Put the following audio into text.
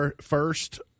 first